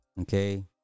Okay